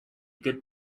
good